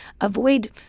avoid